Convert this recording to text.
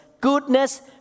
goodness